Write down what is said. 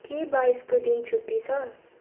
के बाइसको दिन छुट्टी छ